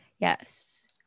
Yes